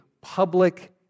public